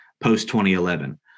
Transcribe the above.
post-2011